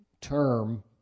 term